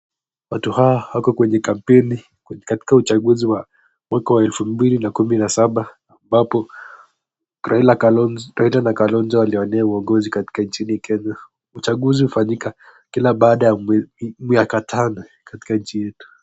Watu hawa wako kwenye kampaini katika uchaguzi wa mwaka elfu mbili na kumi na saba ambapo Raila na kalonzo waliwania uongozi katika nchini kenya. Uchaguzi hufanyika kila baada ya miaka tano katika nchi yetu.